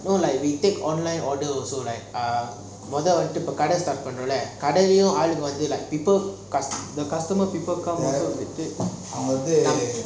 so like we take online order also right மொத வந்து காட:motha vantu kaada start ஸ்டார்ட் பண்றோம் ல கடலையும் ஆளு வந்து:panrom laah kadalayum aalu vanthu I rather like people people the customer வந்து:vanthu